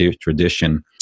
tradition